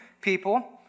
people